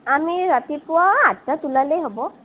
আমি ৰাতিপুৱা আঠটা ওলালেই হ'ব